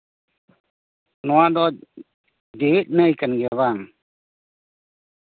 ᱱᱚᱣᱟ ᱫᱚ ᱡᱤᱣᱭᱮᱫ ᱱᱟᱹᱭ ᱠᱟᱱ ᱜᱮᱭᱟ ᱵᱟᱝ